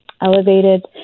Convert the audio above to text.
elevated